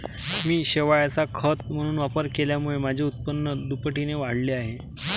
मी शेवाळाचा खत म्हणून वापर केल्यामुळे माझे उत्पन्न दुपटीने वाढले आहे